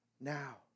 Now